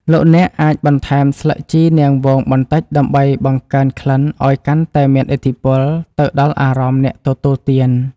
លោកអ្នកអាចបន្ថែមស្លឹកជីរនាងវងបន្តិចដើម្បីបង្កើនក្លិនឱ្យកាន់តែមានឥទ្ធិពលទៅដល់អារម្មណ៍អ្នកទទួលទាន។